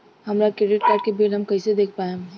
हमरा credit card के bill हम कइसे देख पाएम?